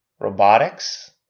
robotics